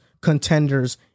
contenders